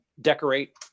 decorate